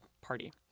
party